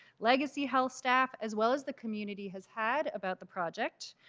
legacy health staff as well as the community has had about the project.